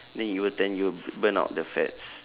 then you go tan you will burn out the fats